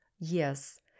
Yes